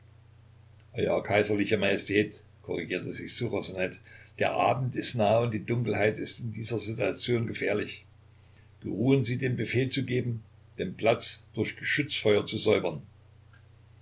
kaiserliche majestät korrigierte sich ssuchosanet der abend ist nahe und die dunkelheit ist in dieser situation gefährlich geruhen sie den befehl zu geben den platz durch geschützfeuer zu säubern